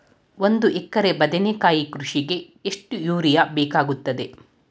ಒಂದು ಎಕರೆ ಬದನೆಕಾಯಿ ಕೃಷಿಗೆ ಎಷ್ಟು ಯೂರಿಯಾ ಬೇಕಾಗುತ್ತದೆ?